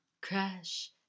Crash